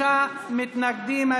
65 מתנגדים.